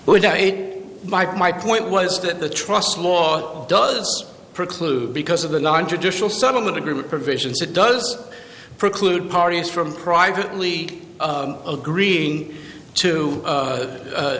mike my point was that the trust law doesn't preclude because of the nontraditional settlement agreement provisions it does preclude parties from privately agreeing to